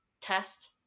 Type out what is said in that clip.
test